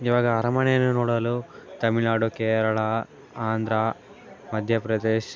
ಈವಾಗ ಅರಮನೆಯನ್ನು ನೋಡಲು ತಮಿಳ್ನಾಡು ಕೇರಳ ಆಂಧ್ರ ಮಧ್ಯಪ್ರದೇಶ್